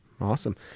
Awesome